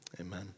Amen